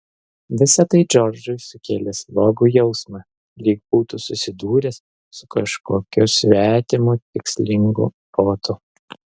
visa tai džordžui sukėlė slogų jausmą lyg būtų susidūręs su kažkokiu svetimu tikslingu protu